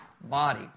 body